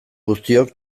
guztiok